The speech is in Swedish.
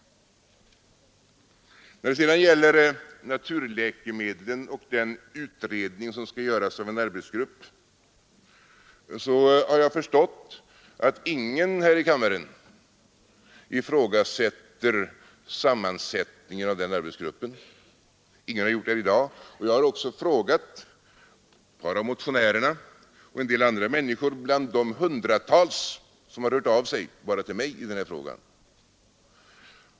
I fråga om naturläkemedlen och den utredning som skall göras av en arbetsgrupp har jag förstått att ingen här i kammaren ifrågasätter sammansättningen av den arbetsgruppen. Ingen har gjort det här i dag. Jag har också frågat ett par av motionärerna och en del andra människor, bland dem hundratals som har hört av sig bara till mig i den här frågan.